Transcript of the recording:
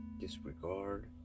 disregard